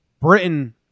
Britain